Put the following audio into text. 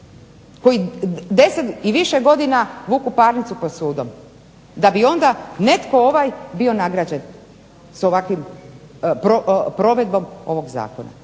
koji 10 i više godina vuku parnicu pred sudom. Da bi onda netko ovaj bio nagrađen s ovakvom provedbom ovog zakona.